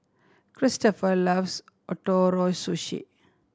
Christoper loves Ootoro Sushi